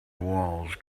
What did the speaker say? walls